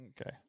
Okay